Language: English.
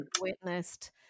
witnessed